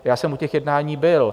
Já jsem u těch jednání byl.